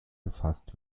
gefasst